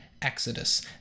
Exodus